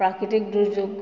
প্ৰাকৃতিক দুৰ্যোগ